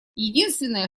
единственное